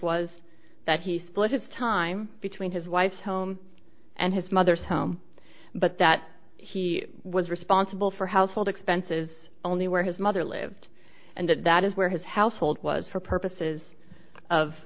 was that he split his time between his wife's home and his mother's home but that he was responsible for household expenses only where his mother lived and that is where his household was for purposes of